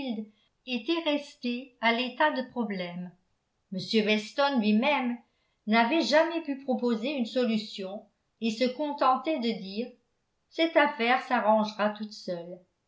était restée à l'état de problème m weston lui-même n'avait jamais pu proposer une solution et se contentait de dire cette affaire s'arrangera toute seule